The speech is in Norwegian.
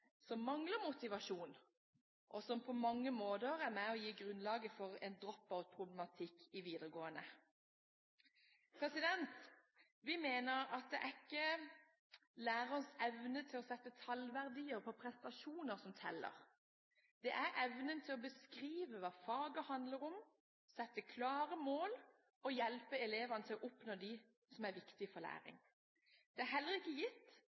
som mangler motivasjon, og som på mange måter er med på å legge grunnlaget for en drop out-problematikk i videregående. Vi mener at det er ikke lærerens evne til å sette tallverdier på prestasjoner som teller; det er evnen til å beskrive hva faget handler om, sette klare mål og hjelpe elevene til å oppnå dem, som er viktige for læring. Det er heller ikke gitt